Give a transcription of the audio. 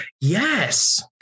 Yes